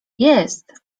jest